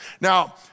Now